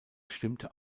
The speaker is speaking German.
stimmte